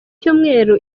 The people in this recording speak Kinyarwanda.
cyumweru